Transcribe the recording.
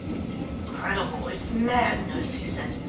it is incredible! it's madness! he said.